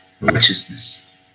righteousness